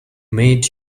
made